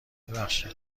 ببخشید